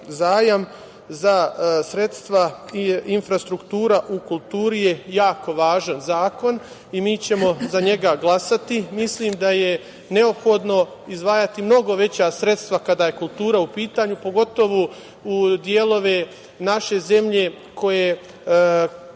zajam za sredstva infrastruktura u kulturi je jako važan zakon. Mi ćemo za njega glasati. Mislim da je neophodno izdvajati mnogo veća sredstva kada je kultura u pitanju, pogotovo u delove naše zemlje koje zovemo